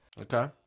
Okay